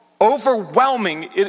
overwhelming